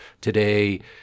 today